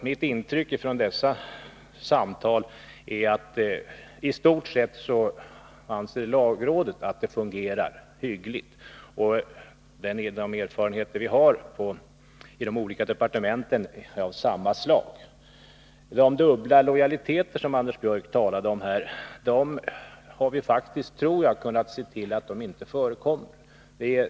Mitt intryck från dessa samtal är att lagrådet anser att det i stort sett fungerar hyggligt, och de erfarenheter vi har i de olika departementen är av samma slag. Beträffande de dubbla lojaliteter Anders Björck talade om här har vi faktiskt, tror jag, kunnat se till att sådana inte förekommer.